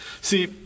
See